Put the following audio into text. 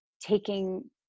taking